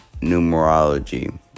numerology